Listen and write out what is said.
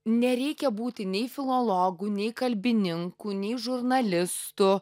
nereikia būti nei filologu nei kalbininku nei žurnalistu